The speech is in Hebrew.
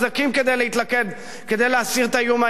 להתלכד כדי להסיר את האיום האירני.